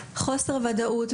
חוסר ודאות,